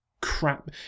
crap